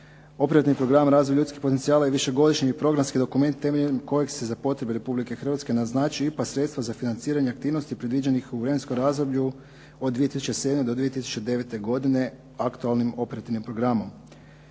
Operativni program “Razvoj ljudskih potencijala“ je višegodišnji programski dokument temeljem kojeg se za potrebe Republike Hrvatske naznačuju IPA sredstva za financiranje aktivnosti predviđenih u vremenskom razdoblju od 2007. do 2009. godine aktualnim operativnim programom.